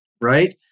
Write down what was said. right